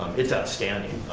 it's outstanding,